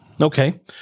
Okay